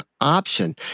option